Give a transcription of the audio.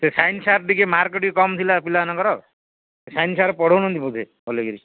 ସେ science sir ଟିକେ mark ଟିକେ କମ୍ ଥିଲା ପିଲାମାନଙ୍କର ସେ ସାଇନ୍ସ ସାର୍ ପଢ଼ଉନାହାନ୍ତି ବୋଧେ ଭଲକରି